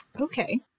Okay